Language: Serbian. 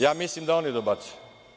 Ja mislim da oni dobacuju.